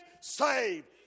saved